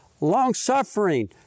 long-suffering